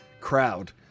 crowd